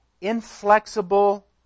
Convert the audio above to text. inflexible